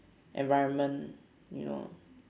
environment you know